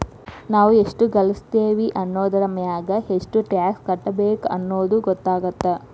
ನಾವ್ ಎಷ್ಟ ಗಳಸ್ತೇವಿ ಅನ್ನೋದರಮ್ಯಾಗ ಎಷ್ಟ್ ಟ್ಯಾಕ್ಸ್ ಕಟ್ಟಬೇಕ್ ಅನ್ನೊದ್ ಗೊತ್ತಾಗತ್ತ